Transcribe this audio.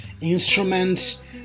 instruments